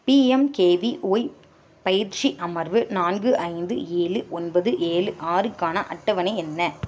PMKVY பயிற்சி அமர்வு நான்கு ஐந்து ஏழு ஒன்பது ஏழு ஆறுக்கான அட்டவணை என்ன